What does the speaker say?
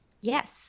Yes